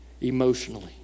emotionally